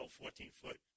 14-foot